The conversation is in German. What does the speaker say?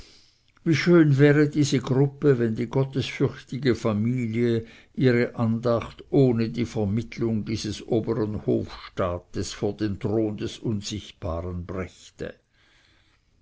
wie schön wäre diese gruppe wenn die gottesfürchtige familie ihre andacht ohne die vermittlung dieses obern hofstaates vor den thron des unsichtbaren brächte